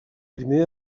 primer